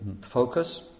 focus